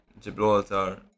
Gibraltar